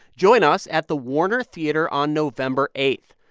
join us at the warner theater on november eight.